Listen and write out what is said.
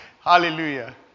Hallelujah